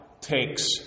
takes